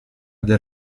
del